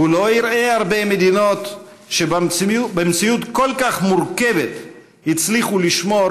הוא לא יראה הרבה מדינות שבמציאות כל כך מורכבת הצליחו לשמור